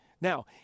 Now